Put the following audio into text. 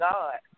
God